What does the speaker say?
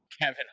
kevin